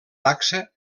dacsa